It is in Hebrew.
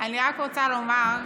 אני רק רוצה לומר,